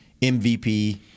MVP